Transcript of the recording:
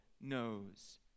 knows